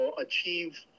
achieve